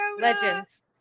legends